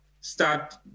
start